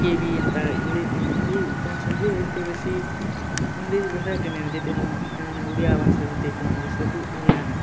କିଏ ବି ଏନ୍ତା ଇଂଲିଶ ଇଂଲିଶ ଜାଣିଛନ୍ତି ଯେ ଏତେ ବେଶୀ ଇଂଲିଶ ଭେରାଇଟି ନାହିଁ ଯେତେ ଆମ ଗାଆଁନେ ଓଡ଼ିଆ ଭାଷା ଯେତେ କୁହନ ଯେ ସବୁ ଓଡ଼ିଆ ଆମେ